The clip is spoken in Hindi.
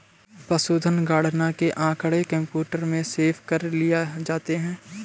पशुधन गणना के आँकड़े कंप्यूटर में सेव कर लिए जाते हैं